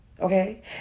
okay